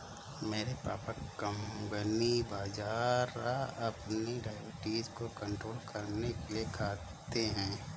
मेरे पापा कंगनी बाजरा अपनी डायबिटीज को कंट्रोल करने के लिए खाते हैं